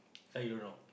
this one you don't know